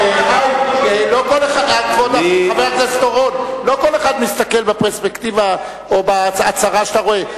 לא כל אחד מסתכל בפרספקטיבה או בהצהרה שאתה רואה.